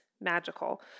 magical